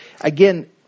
Again